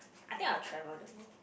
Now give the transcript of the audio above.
I think I will travel the world